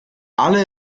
alle